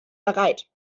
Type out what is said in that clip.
bereit